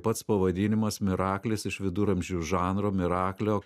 pats pavadinimas miraklis iš viduramžių žanro miraklio